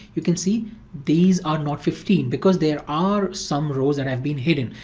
you can see these are not fifteen because there are some rows that have been hidden.